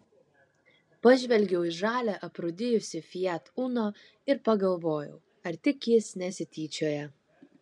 pažvelgiau į žalią aprūdijusį fiat uno ir pagalvojau ar tik jis nesityčioja